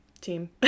team